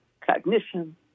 Cognition